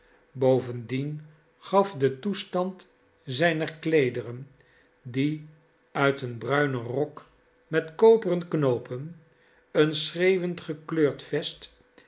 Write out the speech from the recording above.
bovendien gaf de toestand zijner kleederen die uit een bruinen rok met koperen knoopen een schreeuwend gekleurd vest